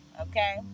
okay